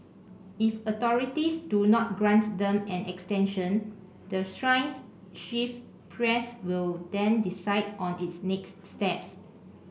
if authorities do not grant them an extension the shrine's chief priest will then decide on its next steps